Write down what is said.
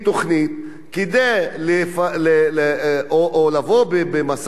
או שיש לבוא במשא-ומתן או במגע עם,